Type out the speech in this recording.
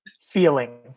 feeling